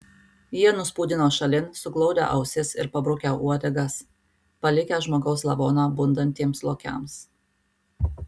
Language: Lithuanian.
jie nuspūdino šalin suglaudę ausis ir pabrukę uodegas palikę žmogaus lavoną bundantiems lokiams